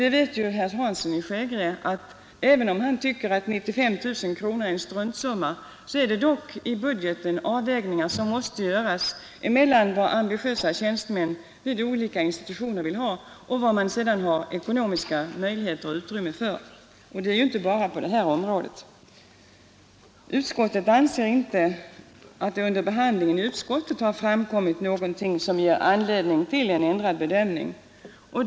Även om herr Hansson i Skegrie anser att 195 000 kronor är en struntsumma, måste det ändå i budgeten göras avvägningar mellan vad ambitiösa tjänstemän i olika institutioner vill ha och vad det finns ekonomiskt utrymme för. Detta gäller ju inte bara på det här området. Utskottet anser inte att det under behandlingen i utskottet har framkommit något som ger anledning till en ändrad bedömning.